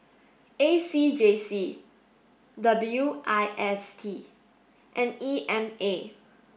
A C J C W I S T and E M A